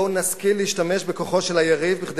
בואו נשכיל להשתמש בכוחו של היריב כדי